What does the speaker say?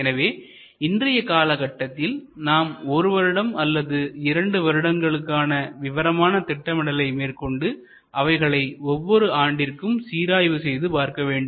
எனவே இன்றைய காலத்தில் நாம் ஒரு வருடம் அல்லது இரண்டு வருடங்களுக்கான விவரமான திட்டமிடலை மேற்கொண்டு அவைகளை ஒவ்வொரு ஆண்டிற்கும் சீராய்வு செய்து பார்க்கவேண்டும்